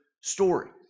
story